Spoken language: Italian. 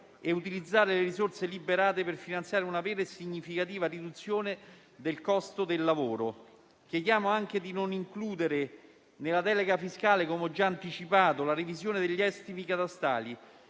e utilizzare le risorse liberate per finanziare una vera e significativa riduzione del costo del lavoro. Chiediamo anche di non includere nella delega fiscale - come ho già anticipato - la revisione degli estimi catastali